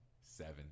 Seven